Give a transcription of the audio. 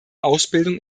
ausbildung